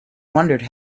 wondered